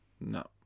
No